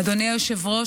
אדוני היושב-ראש,